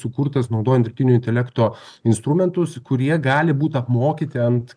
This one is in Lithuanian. sukurtas naudojant dirbtinio intelekto instrumentus kurie gali būt apmokyti ant